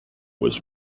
was